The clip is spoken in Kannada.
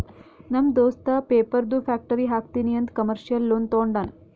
ನಮ್ ದೋಸ್ತ ಪೇಪರ್ದು ಫ್ಯಾಕ್ಟರಿ ಹಾಕ್ತೀನಿ ಅಂತ್ ಕಮರ್ಶಿಯಲ್ ಲೋನ್ ತೊಂಡಾನ